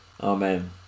amen